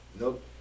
Nope